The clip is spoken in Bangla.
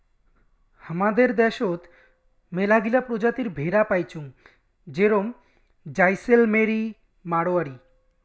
হামাদের দ্যাশোত মেলাগিলা প্রজাতির ভেড়া পাইচুঙ যেরম জাইসেলমেরি, মাড়োয়ারি